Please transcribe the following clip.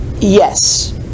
Yes